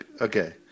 Okay